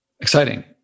exciting